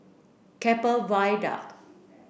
Keppel Viaduct